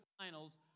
finals